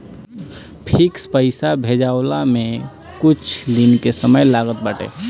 fix पईसा भेजाववला में कुछ दिन के समय लागत बाटे